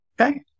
Okay